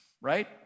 right